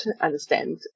understand